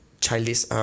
childish